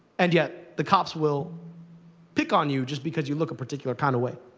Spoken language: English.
and yet the cops will pick on you just because you look a particular kind of way.